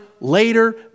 later